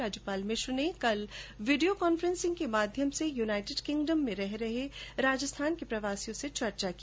राज्यपाल मिश्र ने कल वीडियों कॉन्फ्रेन्स के माध्यम से यूनाइटेड किंगडम में रह रहे राजस्थान के प्रवासियों से चर्चा की